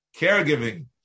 caregiving